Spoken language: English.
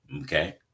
okay